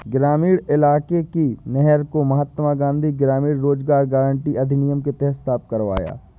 ग्रामीण इलाके की नहर को महात्मा गांधी ग्रामीण रोजगार गारंटी अधिनियम के तहत साफ करवाया